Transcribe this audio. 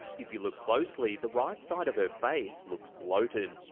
if you look closely, the right side of her face looks bloated.